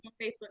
Facebook